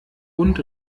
und